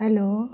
hello